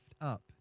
up